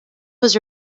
was